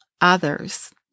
others